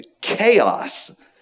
chaos